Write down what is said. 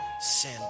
sin